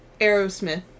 Aerosmith